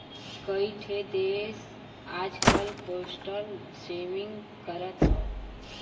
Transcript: कई ठे देस आजकल पोस्टल सेविंग करत हौ